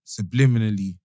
subliminally